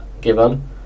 given